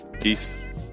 Peace